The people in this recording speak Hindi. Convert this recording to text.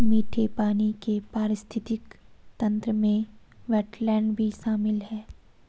मीठे पानी के पारिस्थितिक तंत्र में वेट्लैन्ड भी शामिल है